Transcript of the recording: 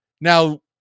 Now